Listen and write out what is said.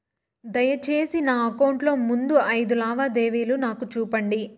దయసేసి నా అకౌంట్ లో ముందు అయిదు లావాదేవీలు నాకు చూపండి